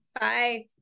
Bye